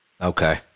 Okay